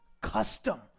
custom